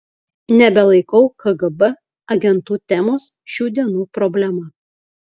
nebelaikau kgb agentų temos šių dienų problema